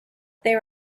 there